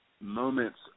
moments